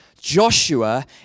Joshua